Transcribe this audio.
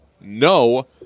no